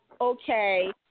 okay